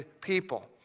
people